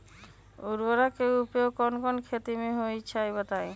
उर्वरक के उपयोग कौन कौन खेती मे होई छई बताई?